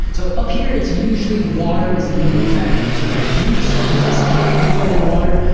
so up here it's usually water is a limiting factor, so their leaves start to desiccate, lose all their water,